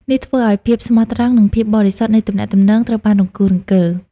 នេះធ្វើឲ្យភាពស្មោះត្រង់ និងភាពបរិសុទ្ធនៃទំនាក់ទំនងត្រូវបានរង្គោះរង្គើ។